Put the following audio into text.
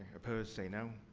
opposed, say, no.